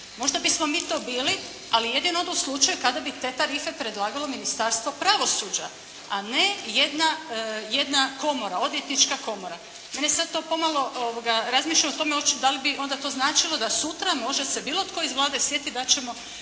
Možda bismo mi to bili ali jedino onda u slučaju kada bi te tarife predlagalo Ministarstvo pravosuđa, a ne jedna komora, odvjetnička komora. Mene to sad pomalo, razmišljam o tome da li bi to onda značilo da sutra može se bilo tko iz Vlade sjetiti da ćemo